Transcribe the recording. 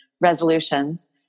resolutions